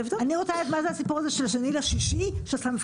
אני רוצה לדעת מה זה הסיפור של ה-2 ביוני שהסמפכ"ל